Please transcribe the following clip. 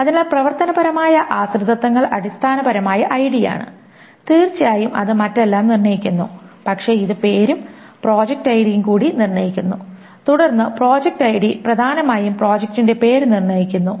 അതിനാൽ പ്രവർത്തനപരമായ ആശ്രിതത്വങ്ങൾ അടിസ്ഥാനപരമായി ID ആണ് തീർച്ചയായും അത് മറ്റെല്ലാം നിർണ്ണയിക്കുന്നു പക്ഷേ ഇത് പേരും പ്രോജക്റ്റ് ഐഡിയും കൂടി നിർണ്ണയിക്കുന്നു തുടർന്ന് പ്രോജക്റ്റ് ഐഡി പ്രധാനമായും പ്രോജക്റ്റിന്റെ പേര് നിർണ്ണയിക്കുന്നു